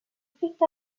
picked